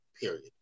period